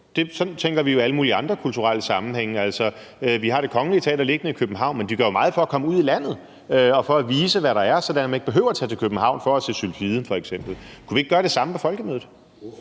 Sådan tænker vi jo i alle mulige andre kulturelle sammenhænge. Vi har f.eks. Det Kongelige Teater liggende i København, men de gør jo meget for at komme ud i landet og for at vise, hvad der er, sådan at man ikke behøver at tage til København for at se »Sylfiden«. Kunne vi ikke gøre det samme med Folkemødet?